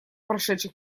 прошедших